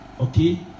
okay